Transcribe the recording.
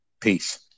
peace